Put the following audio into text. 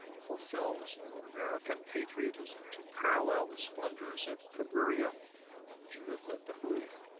for films of american patriotism to parallel the splendors of cabiria and judith of bethulia,